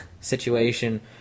situation